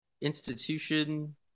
Institution